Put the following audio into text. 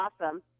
awesome